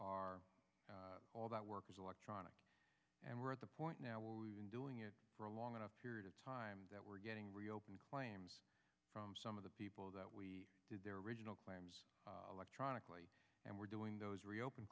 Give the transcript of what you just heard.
are all that work is electronic and we're at the point now where we've been doing it for a long enough period of time that we're getting reopen claims from some of the people that we did their original claims electronically and we're doing those reopen